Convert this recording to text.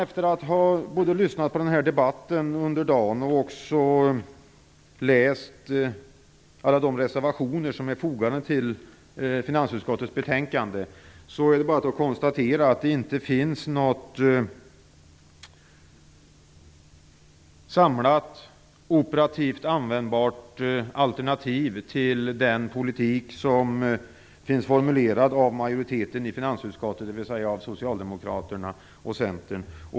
Efter att ha lyssnat på debatten under dagen och läst alla de reservationer som är fogade till finansutskottets betänkande är det bara att konstatera att det inte finns något samlat, operativt användbart alternativ till den politik som formulerats av majoriteten i finansutskottet, dvs. Socialdemokraterna och Centern.